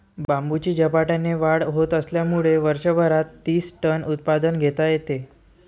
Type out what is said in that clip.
बांबूची झपाट्याने वाढ होत असल्यामुळे वर्षभरात तीस टन उत्पादन घेता येते